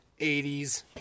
80s